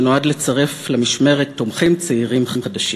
שנועד לצרף למשמרת תומכים צעירים חדשים.